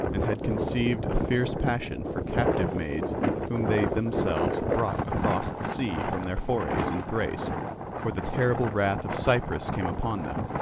and had conceived a fierce passion for captive maids whom they themselves brought across the sea from their forays in thrace for the terrible wrath of cypris came upon them,